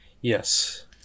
Yes